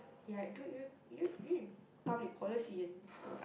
ya do you you you in public policy and stuff